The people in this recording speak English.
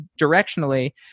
directionally